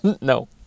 No